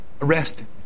Arrested